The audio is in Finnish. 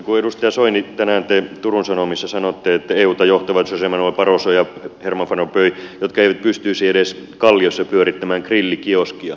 edustaja soini tänään te turun sanomissa sanotte että euta johtavat jose manuel barroso ja herman van rompuy jotka eivät pystyisi edes kalliossa pyörittämään grillikioskia